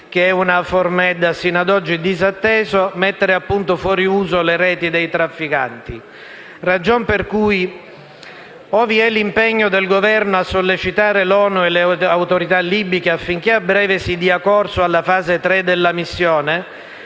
che EUNAVFOR Med ha sino ad oggi disatteso: mettere fuori uso le reti dei trafficanti. Ragion per cui o vi è l'impegno del Governo a sollecitare l'ONU e le autorità libiche affinché a breve si dia corso alla fase 3 della missione,